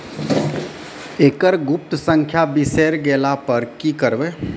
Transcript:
एकरऽ गुप्त संख्या बिसैर गेला पर की करवै?